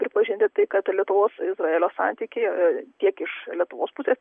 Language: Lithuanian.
pripažinti tai kad lietuvos izraelio santykiai tiek iš lietuvos pusės